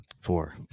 four